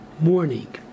morning